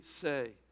say